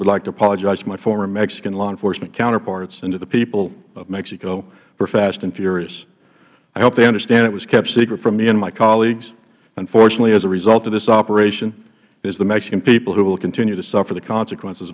to apologize to my former mexican law enforcement counterparts and to the people of mexico for fast and furious i hope they understand it was kept secret from me and my colleagues unfortunately as a result of this operation it is the mexican people who will continue to suffer the consequences